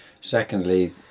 Secondly